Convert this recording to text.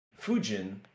Fujin